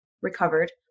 recovered